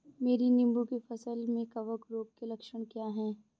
मेरी नींबू की फसल में कवक रोग के लक्षण क्या है?